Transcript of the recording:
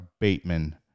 Bateman